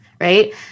right